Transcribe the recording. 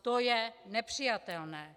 To je nepřijatelné.